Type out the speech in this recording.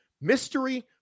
Mystery